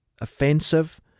offensive